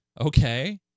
Okay